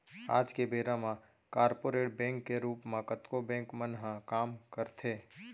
आज के बेरा म कॉरपोरेट बैंक के रूप म कतको बेंक मन ह काम करथे